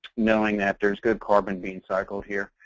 knowing that there's good carbon being cycled here.